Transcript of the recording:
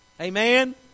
Amen